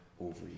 over